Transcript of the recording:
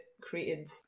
created